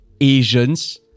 Asians